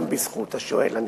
גם בזכות השואל הנכבד.